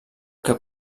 que